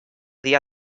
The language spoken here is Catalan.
dia